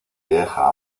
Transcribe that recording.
deja